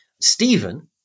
Stephen